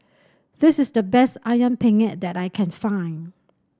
this is the best ayam Penyet that I can find